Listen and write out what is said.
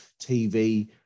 TV